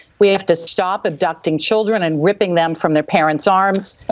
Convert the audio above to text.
we have to stop abducting children and ripping them from their parents' arms.